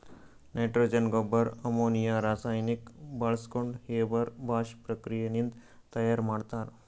nitrogen ಗೊಬ್ಬರ್ ammonia ರಾಸಾಯನಿಕ್ ಬಾಳ್ಸ್ಕೊಂಡ್ ಹೇಬರ್ ಬಾಷ್ ಪ್ರಕ್ರಿಯೆ ನಿಂದ್ ತಯಾರ್ ಮಾಡ್ತರ್